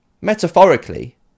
metaphorically